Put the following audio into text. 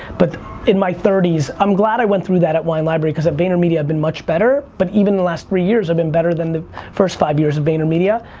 but in my thirties i'm glad i went through that at wine library because at vaynermedia i've been much better. but even in the last three years i've been better than the first five years of vaynermedia.